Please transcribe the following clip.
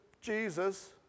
Jesus